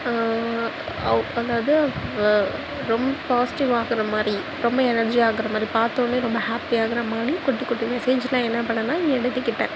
அதாவது ரொம்ப பாசிட்டிவ் ஆகுற மாதிரி ரொம்ப எனர்ஜி ஆகுற மாதிரி பார்த்தோனயே ரொம்ப ஹாப்பி ஆகுற மாதிரி குட்டி குட்டி மெஸேஜெலாம் என்ன பண்ணேன்னா எழுதிகிட்டேன்